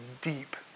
deep